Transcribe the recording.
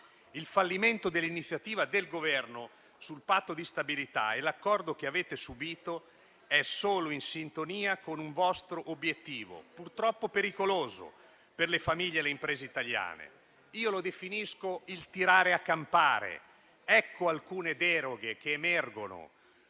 Il fallimento dell'iniziativa del Governo sul Patto di stabilità e l'accordo che avete subito è solo in sintonia con un vostro obiettivo, purtroppo pericoloso per le famiglie e le imprese italiane, che io definisco "il tirare a campare". Ecco alcune deroghe che emergono